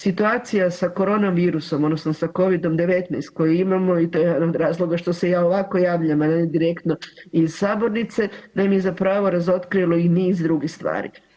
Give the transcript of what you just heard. Situacija sa korona virusom odnosno sa Covidom-19 koju imamo i to je jedan od razloga što se ja ovako javljam, a ne direktno iz sabornice, naime za pravo razotkrilo i niz drugih stvari.